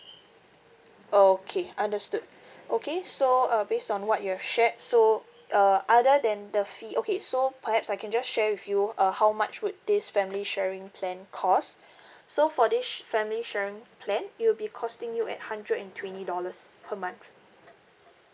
okay understood okay so uh based on what you have shared so uh other than the fee okay so perhaps I can just share with you uh how much would this family sharing plan cost so for this family sharing plan it will be costing you at hundred and twenty dollars per month